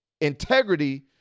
integrity